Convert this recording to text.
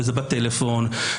וזה בטלפון.